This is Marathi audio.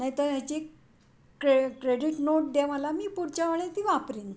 नाही तर ह्याची क्रे क्रेडिट नोट द्या मला मी पुढच्या वेळे ती वापरीन